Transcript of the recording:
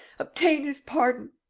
obtain his pardon.